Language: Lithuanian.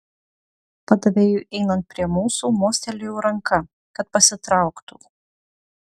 padavėjui einant prie mūsų mostelėjau ranka kad pasitrauktų